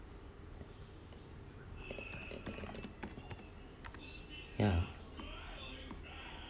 ya